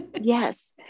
Yes